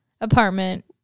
apartment